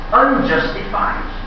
unjustified